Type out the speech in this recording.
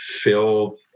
fill